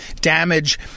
damage